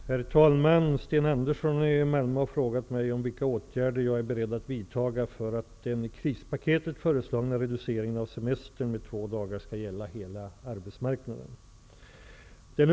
Herr talman! Sten Andersson i Malmö har frågat mig vilka åtgärder jag är beredd att vidta för att den i krispaketet föreslagna reduceringen av semestern med två dagar skall gälla hela arbetsmarknaden.